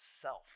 self